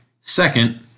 Second